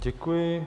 Děkuji.